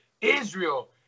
Israel